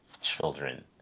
children